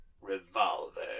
Revolver